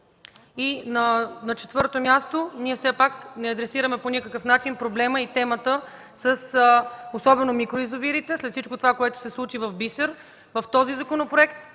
На четвърто място, ние все пак не адресираме по никакъв начин проблема и темата с микроязовирите, след всичко това, което се случи в Бисер. В този законопроект